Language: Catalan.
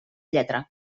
lletra